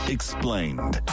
Explained